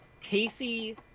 Casey